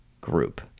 group